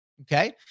okay